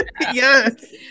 Yes